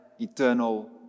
eternal